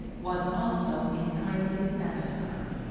was also entirely satisfied.